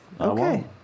Okay